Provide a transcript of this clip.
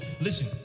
Listen